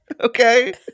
Okay